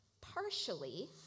partially